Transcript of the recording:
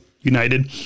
United